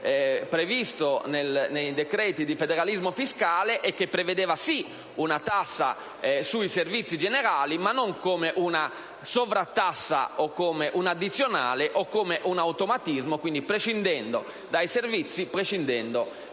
previsto nei decreti di federalismo fiscale e che prevedeva sì una tassa sui servizi generali ma non come una sovrattassa o come un'addizionale o come un automatismo, quindi prescindendo dai servizi e da chi